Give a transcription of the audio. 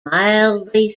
mildly